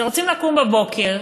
כשרוצים לקום בבוקר